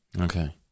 okay